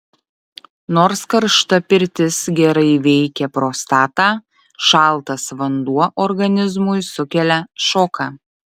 nors karšta pirtis gerai veikia prostatą šaltas vanduo organizmui sukelia šoką